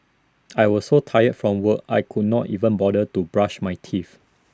I was so tired from work I could not even bother to brush my teeth